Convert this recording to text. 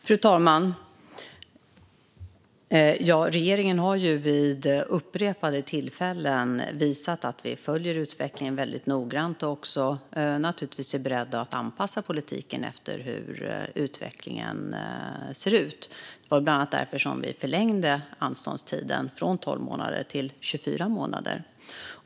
Fru talman! Vi i regeringen har vid upprepade tillfällen visat att vi följer utvecklingen väldigt noggrant och naturligtvis är beredda att anpassa politiken efter hur utvecklingen ser ut. Det var bland annat därför vi förlängde anståndstiden från 12 till 24 månader.